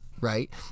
right